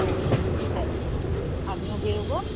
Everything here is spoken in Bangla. হ্যাঁ ঠিক আছে আমিও বেরোবো